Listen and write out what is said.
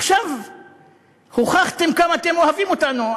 עכשיו הוכחתם כמה אתם אוהבים אותנו,